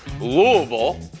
Louisville